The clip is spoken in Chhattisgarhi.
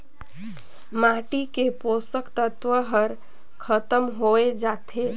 माटी के पोसक तत्व हर खतम होए जाथे